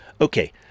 Okay